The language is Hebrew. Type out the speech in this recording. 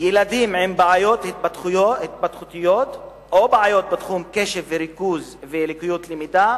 שילדים עם בעיות התפתחותיות או בעיות בתחום קשב וריכוז ולקויות למידה